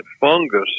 fungus